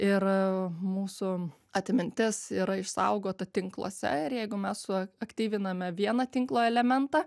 ir mūsų atmintis yra išsaugota tinkluose ir jeigu mes suaktyviname vieną tinklo elementą